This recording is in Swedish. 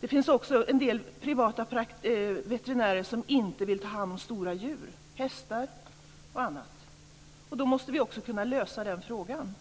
Vidare finns det en del privata veterinärer som inte vill ta hand om stora djur, t.ex. hästar. Då måste vi också kunna lösa den frågan. Sedan